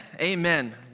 Amen